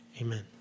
Amen